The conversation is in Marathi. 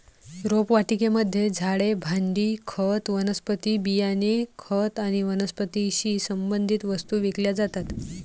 रोपवाटिकेमध्ये झाडे, भांडी, खत, वनस्पती बियाणे, खत आणि वनस्पतीशी संबंधित वस्तू विकल्या जातात